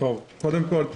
קודם כול,